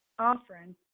offering